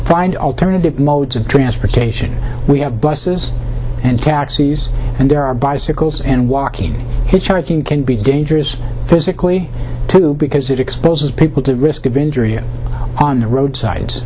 find alternative modes of transportation we have buses and taxis and there are bicycles and walking hitchhiking can be dangerous physically too because it exposes people to risk of injury on the road sides